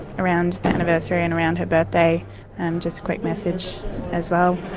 around the anniversary and around her birthday and just a quick message as well.